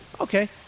Okay